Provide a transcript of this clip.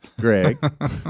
Greg